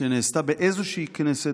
שנעשתה באיזושהי כנסת.